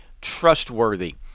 trustworthy